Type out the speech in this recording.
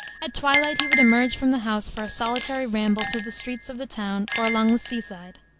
at twilight he would emerge from the house for a solitary ramble through the streets of the town or along the sea-side.